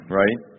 right